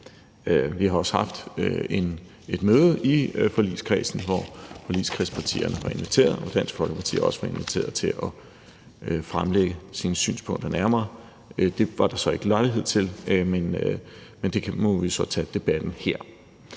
Vi har også haft et møde i forligskredsen, hvor forligskredspartierne var inviteret, også Dansk Folkeparti var inviteret, til at fremlægge deres synspunkter nærmere. Det var der så ikke lejlighed til, men vi må jo så tage debatten her.